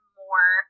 more